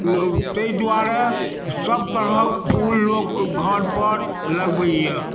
तै दुआरे सब तरहक फूल लोक घरपर लगबैय